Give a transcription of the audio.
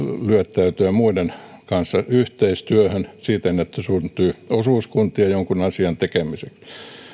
lyöttäytyä muiden kanssa yhteistyöhön siten että syntyy osuuskuntia jonkun asian tekemiseen